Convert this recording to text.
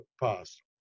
past